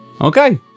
Okay